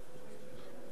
תודה, אדוני היושב-ראש.